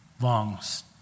longs